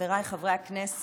חבריי חברי הכנסת,